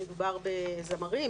מדובר בזמרים,